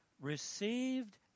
received